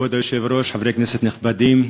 כבוד היושב-ראש, חברי כנסת נכבדים,